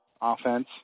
offense